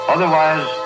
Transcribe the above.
Otherwise